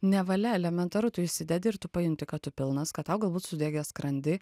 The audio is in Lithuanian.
ne valia elementaru tu įsidedi ir tu pajunti kad tu pilnas kad tau galbūt sudegė skrandį